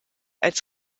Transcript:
als